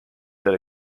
that